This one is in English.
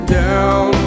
down